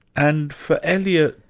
and for eliot,